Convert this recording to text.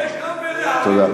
תודה.